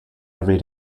every